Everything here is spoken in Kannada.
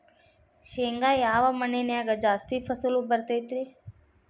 ಶೇಂಗಾ ಯಾವ ಮಣ್ಣಿನ್ಯಾಗ ಜಾಸ್ತಿ ಫಸಲು ಬರತೈತ್ರಿ?